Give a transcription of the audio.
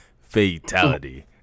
fatality